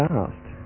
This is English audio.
asked